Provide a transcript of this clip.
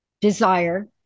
desire